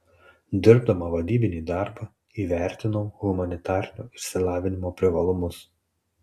dirbdama vadybinį darbą įvertinau humanitarinio išsilavinimo privalumus